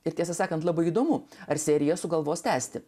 ir tiesą sakant labai įdomu ar jie sugalvos tęsti